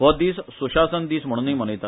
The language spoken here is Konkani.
हो दिस सुशासन दिस म्हणूनूय मनयतात